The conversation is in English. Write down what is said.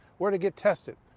where to get tested.